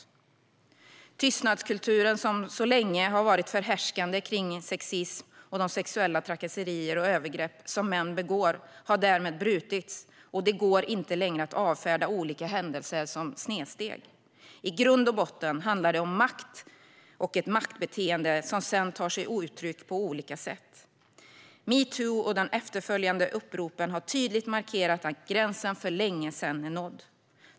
Den tystnadskultur som så länge har varit förhärskande kring sexism och de sexuella trakasserier och övergrepp som män begår har därmed brutits, och det går inte längre att avfärda olika händelser som snedsteg. I grund och botten handlar det om makt och ett maktbeteende som sedan tar sig uttryck på olika sätt. Metoo och de efterföljande uppropen har tydligt markerat att gränsen för länge sedan är nådd.